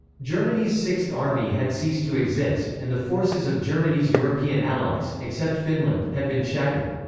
germany's sixth army had ceased to exist, and the forces of germany's european allies, except finland, had been shattered.